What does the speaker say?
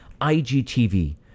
IGTV